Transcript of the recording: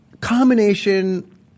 Combination